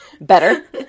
Better